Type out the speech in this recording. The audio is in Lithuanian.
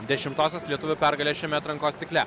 dešimtosios lietuvių pergalę šiame atrankos cikle